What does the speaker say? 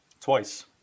Twice